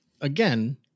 again